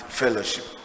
fellowship